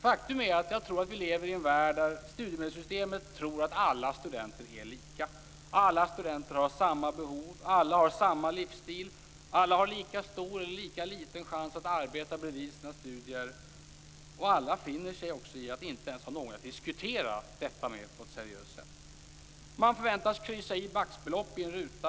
Faktum är att jag tror att vi lever i en värld där studiemedelssystemet tror att alla studenter är lika, alla studenter har samma behov, alla har samma livsstil, alla har lika stor eller lika liten chans att arbeta bredvid sina studier. Och alla finner sig också i att inte ens ha någon att diskutera detta med på ett seriöst sätt. Man förväntas kryssa i ett maxbelopp i en ruta.